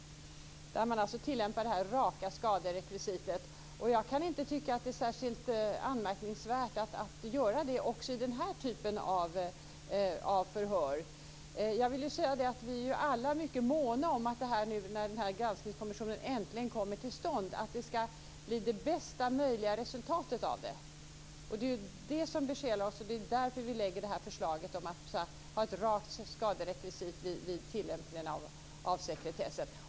Alla dessa är av den karaktären att man tillämpar det raka skaderekvisitet. Jag kan inte tycka att det är särskilt anmärkningsvärt att göra det också i den här typen av förhör. Vi är alla mycket måna om att resultatet ska bli det bästa möjliga när nu granskningskommissionen äntligen kommer till stånd. Det är det som besjälar oss, och det är därför vi lägger fram förslaget om ett rakt skaderekvisit vid tillämpningen av sekretessen.